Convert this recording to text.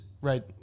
right